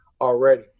already